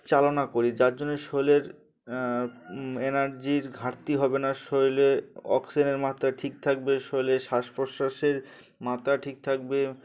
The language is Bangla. চালনা করি যার জন্যে শরীরের এনার্জির ঘাটতি হবে না শরীরে অক্সিজেনের মাত্রা ঠিক থাকবে শরীরের শ্বাস প্রশ্বাসের মাত্রা ঠিক থাকবে